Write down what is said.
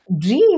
dream